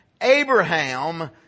Abraham